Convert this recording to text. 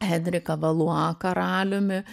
henriką valua karaliumi